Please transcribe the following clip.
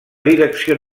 direcció